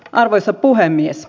arvoisa puhemies